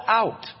out